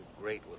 great